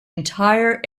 entire